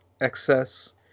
excess